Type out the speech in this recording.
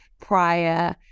prior